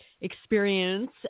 experience